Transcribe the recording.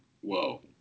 Whoa